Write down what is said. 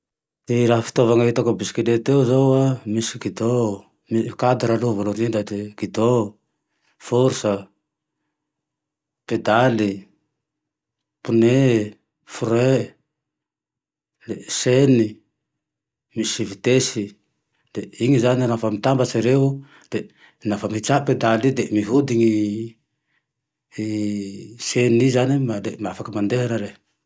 Ty raha fitaovany hitako amy bisikileta eo zano an, misy guidon, cadre aloha voalohany indrindra de guidon, fourche a, pedaly, pone, frein, le chaine, misy vitesy. De iny zane lafa mitambatsy reny, de lafa hitsahy pedaly iny de mihodiny i chaine i zane ma- le afaky mandeha ara re.